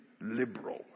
liberal